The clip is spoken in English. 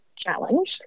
challenge